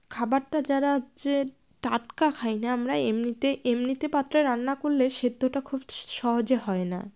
খাবারটা যারা হচ্ছে টাটকা খাই না আমরা এমনিতে এমনিতে পাত্রে রান্না করলে সেদ্ধটা খুব সহজে হয় না